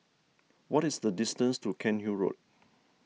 what is the distance to Cairnhill Road